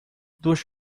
duas